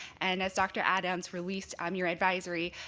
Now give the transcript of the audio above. and as dr. adams released um your advisory,